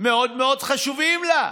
מאוד מאוד חשובים לה.